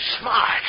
smart